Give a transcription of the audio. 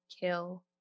kill